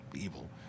evil